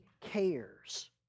cares